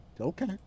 Okay